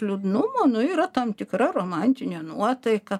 liūdnumo nu yra tam tikra romantinė nuotaika